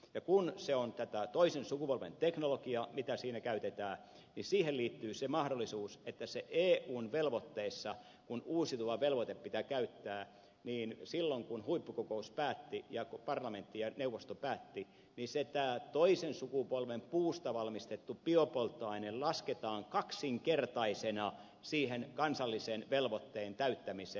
ja kun se on tätä toisen sukupolven teknologiaa mitä siinä käytetään niin siihen liittyy se mahdollisuus että eun velvoitteessa kun uusiutuvan velvoite pitää käyttää silloin kun huippukokous ja parlamentti ja neuvosto päättivät tämä toisen sukupolven puusta valmistettu biopolttoaine lasketaan kaksinkertaisena siihen kansallisen velvoitteen täyttämiseen